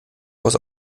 vors